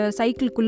cycle